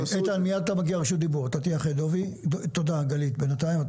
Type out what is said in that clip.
תודה בינתיים, גלית.